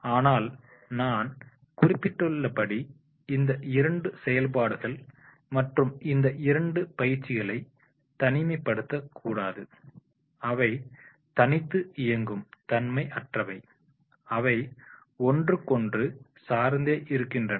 ஆனால் நான் குறிப்பிட்டுள்ளபடி இந்த இரண்டு செயல்பாடுகள் மற்றும் இந்த இரண்டு பயிற்சிகளை தனிமை படுத்த கூடாது அவை தனித்து இயங்கும் தன்மை அற்றவை அவை ஒன்றுக்கொன்று சார்ந்தே இருக்கின்றன